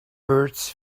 birds